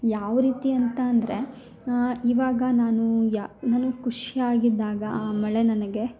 ಯಾವ ರೀತಿ ಅಂತ ಅಂದರೆ ಈವಾಗ ನಾನೂ ಯ ನಾನು ಖುಷಿಯಾಗಿದ್ದಾಗ ಆ ಮಳೆ ನನಗೆ